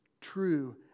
true